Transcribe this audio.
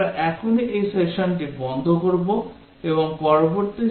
আমরা এখনই এই সেশনটি বন্ধ করব এবং পরবর্তী সেশনে বিশেষ মান পরীক্ষা বিষয়টি চালিয়ে যাব